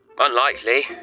Unlikely